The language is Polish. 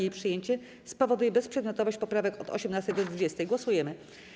Jej przyjęcie spowoduje bezprzedmiotowość poprawek od 18. do 20. Głosujemy.